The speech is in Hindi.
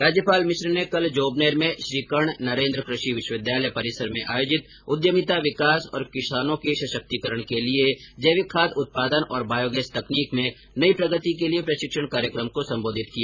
राज्यपाल मिश्र ने कल जोबनेर में श्री कर्ण नरेन्द्र कृषि विश्वविद्यालय परिसर में आयोजित उद्यिमता विकास और किसानों के सशक्तिकरण के लिए जैविक खाद उत्पादन और बायोगैस तकनीक में नई प्रगति के लिए प्रशिक्षण कार्यक्रम को सम्बोधित किया